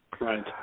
Right